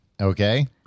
Okay